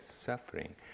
suffering